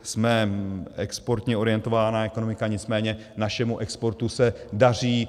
Jsme exportně orientovaná ekonomika, nicméně našemu exportu se daří.